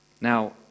Now